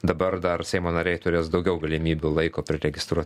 dabar dar seimo nariai turės daugiau galimybių laiko priregistruot